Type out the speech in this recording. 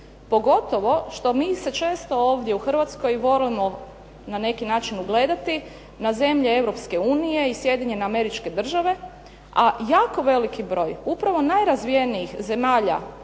pogotovo što mi se često ovdje u Hrvatskoj volimo na neki način ugledati na zemlje Europske unije i Sjedinjene Američke Države, a jako veliki broj upravo najrazvijenijih zemalja